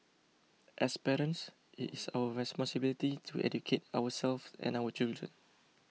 as parents it is our responsibility to educate ourselve and our children